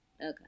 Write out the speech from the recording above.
okay